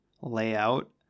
layout